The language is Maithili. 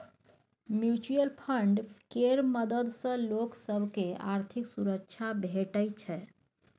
म्युचुअल फंड केर मदद सँ लोक सब केँ आर्थिक सुरक्षा भेटै छै